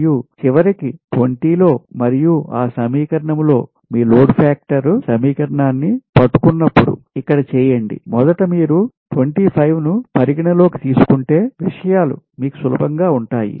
మరియు చివరికి 20 లో మరియు ఆ సమీకరణం లో మీ లోడ్ ఫాక్టర్ సమీకరణాన్ని పట్టుకున్నప్పుడు ఇక్కడ చేయండి మొదట మీరు 25 ను పరిగణన లోకి తీసుకుంటే విషయాలు మీకు సులభం గా ఉంటాయి